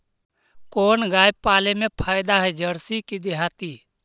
कोन गाय पाले मे फायदा है जरसी कि देहाती?